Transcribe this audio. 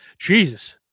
Jesus